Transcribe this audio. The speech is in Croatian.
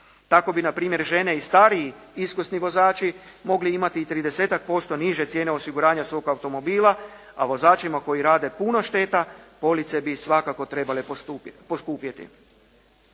Tako bi na primjer žene i stariji iskusni vozači mogli imati i 30-ak posto niže cijene osiguranja svog automobila a vozačima koji rade puno šteta police bi svakako trebale poskupjeti.